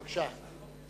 בבקשה.